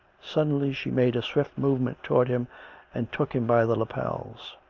suddenly she made a swift movement towards him and took him by the lapels.